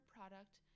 Product